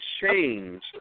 change